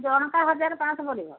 ଜଣକା ହଜାରେ ପାଞ୍ଚଶହ ପଡ଼ିବ